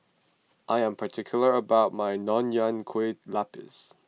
I am particular about my Nonya Kueh Lapis